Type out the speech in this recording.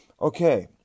Okay